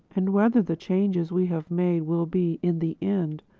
and whether the changes we have made will be, in the end,